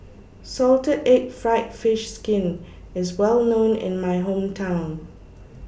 Salted Egg Fried Fish Skin IS Well known in My Hometown